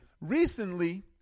recently